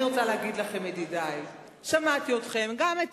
אני רוצה להגיד לכם, ידידי, שמעתי אתכם, גם את